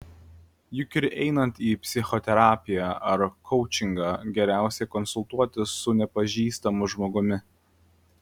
juk ir einant į psichoterapiją ar koučingą geriausia konsultuotis su nepažįstamu žmogumi